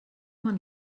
man